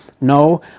No